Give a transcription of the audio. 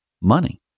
money